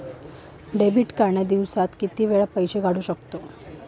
Debit card ने दिवसाला किती वेळा पैसे काढू शकतव?